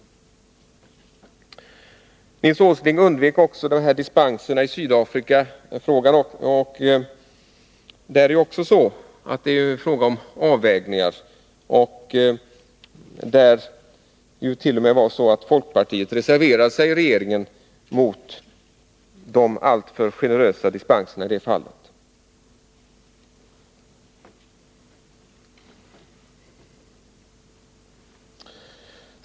Nils Åsling undvek också frågan om dispenserna i Sydafrika. Även här gäller det avvägningar. Folkpartirepresentanterna i regeringen reserverade sig ju f. ö. mot de i detta fall alltför generösa dispenserna.